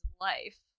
life